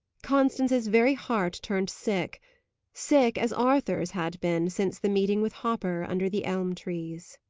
constance's very heart turned sick sick as arthur's had been since the meeting with hopper under the elm-trees.